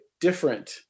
different